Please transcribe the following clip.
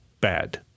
bad